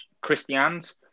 Christians